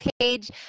page